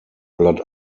blatt